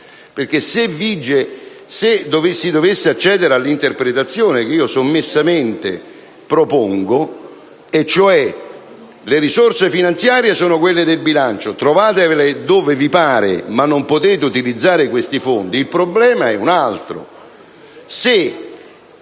Se si dovesse accedere all'interpretazione che io sommessamente propongo (le risorse finanziare sono quelle del bilancio, trovatele dove vi pare ma non potete utilizzare questi fondi), il problema è un altro,